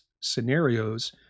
scenarios